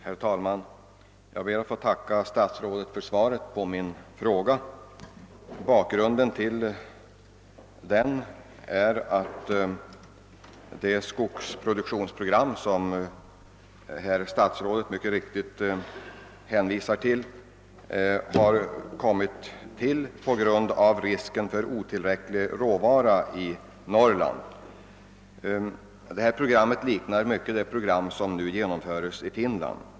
Herr talman! Jag ber att få tacka statsrådet för svaret på min fråga. Bakgrunden till den är det skogsproduktionsprogram, vilket statsrådet mycket riktigt hänvisar till, som har lagts fram på grund av risken för otillräcklig råvara i Norrland. Detta program liknar mycket det som nu genomföres i Finland.